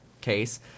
case